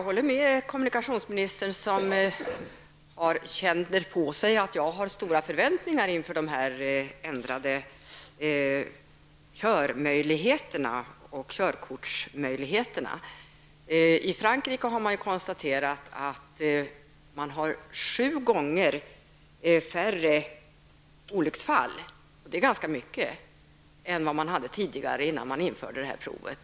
Herr talman! Det är riktigt att jag har stora förväntningar inför dessa förändringar av möjligheterna att få övningsköra. I Frankrike har man kunnat konstatera att antalet olyckor har blivit sju gånger färre än innan man införde denna ordning -- och det är ganska mycket.